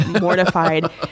mortified